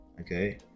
okay